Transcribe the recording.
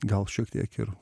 gal šiek tiek ir